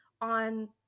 on